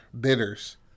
bidders